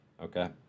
Okay